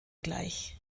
gleich